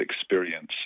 experience